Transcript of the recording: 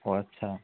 ও আচ্ছা